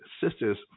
sisters